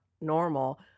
normal